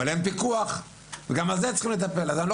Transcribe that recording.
אבל אין פיקוח וגם על זה הם צריכים לטפל אז אני לא